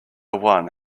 one